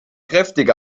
kräftige